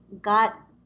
got